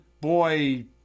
boy